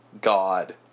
god